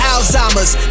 Alzheimer's